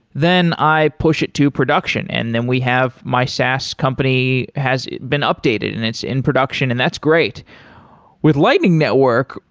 then i push it to production and then we have my saas company has been updated and it's in production and that's great with lightning network,